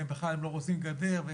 ובכלל הם לא רוצים גדר,